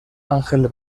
ángel